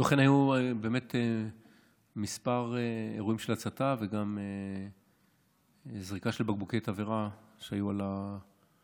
באמת היו כמה אירועים של הצתה וגם זריקה של בקבוקי תבערה על הבית.